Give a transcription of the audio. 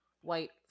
white